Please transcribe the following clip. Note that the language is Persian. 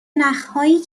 نخهایی